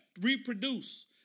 reproduce